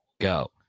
go